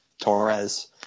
Torres